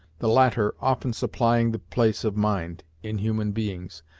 the latter often supplying the place of mind, in human beings,